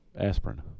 aspirin